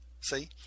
see